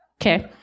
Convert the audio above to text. Okay